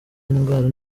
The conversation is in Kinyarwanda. indwara